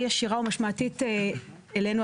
טוב,